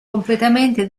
completamente